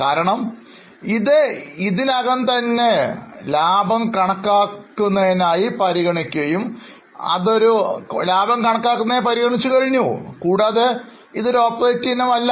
കാരണം ഇത് ഇതിനകം തന്നെ ലാഭം കണക്ക് ആക്കുന്നതിനായി പരിഗണിക്കുകയും അതൊരു ഓപ്പറേറ്റിങ് ഇനവും അല്ല